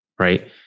Right